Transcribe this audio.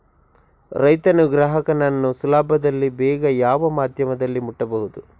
ರೈತನು ಗ್ರಾಹಕನನ್ನು ಸುಲಭದಲ್ಲಿ ಬೇಗ ಯಾವ ಮಾಧ್ಯಮದಲ್ಲಿ ಮುಟ್ಟಬಹುದು?